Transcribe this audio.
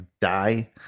die